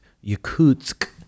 Yakutsk